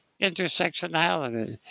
intersectionality